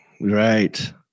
Right